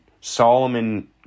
Solomon –